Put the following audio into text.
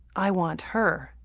i want her.